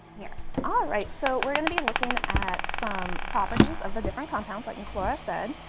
yeah all right so we're gonna be looking at some properties of the different compounds like ms. laura said,